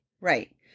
Right